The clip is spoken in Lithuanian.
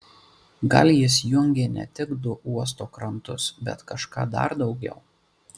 gal jis jungė ne tik du uosto krantus bet kažką dar daugiau